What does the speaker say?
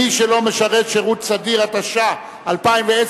התש"ע 2010,